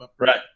Right